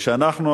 וכשאנחנו,